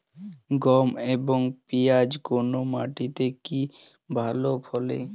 গম এবং পিয়াজ কোন মাটি তে ভালো ফলে?